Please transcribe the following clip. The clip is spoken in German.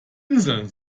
insel